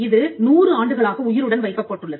இது நூறு ஆண்டுகளாக உயிருடன் வைக்கப்பட்டுள்ளது